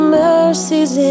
mercies